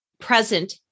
present